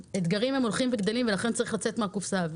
שהאתגרים הולכים וגדלים, ולכן צריך לצאת מהקופסה.